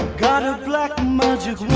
got a. black magic.